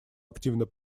активно